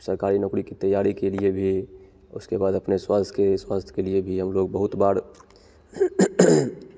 सरकारी नौकरी की तैयारी के लिए भी उसके बाद अपने स्वास्थ्य के स्वास्थ्य के लिए भी हम लोग बहुत बार